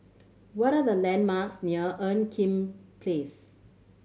what are the landmarks near Ean Kiam Place